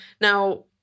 Now